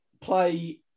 play